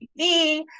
TV